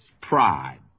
pride